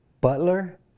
Butler